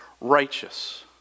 righteous